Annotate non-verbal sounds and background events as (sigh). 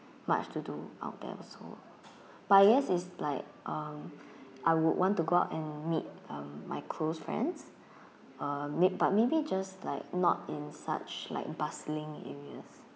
much to do out there also (breath) but I guess is like um (breath) I would want to go out and meet um my close friends (breath) uh may but maybe just like not in such like bustling areas